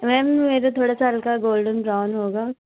ma'am मेरा थोड़ा स हल्का गोल्डन ब्राउन होगा